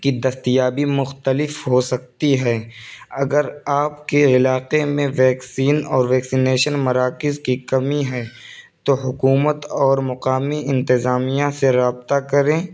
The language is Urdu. کی دستیابی مختلف ہو سکتی ہے اگر آپ کے علاقے میں ویکیسن اور ویکسینشن مراکز کی کمی ہے تو حکومت اور مقامی انتظامیہ سے رابطہ کریں